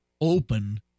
open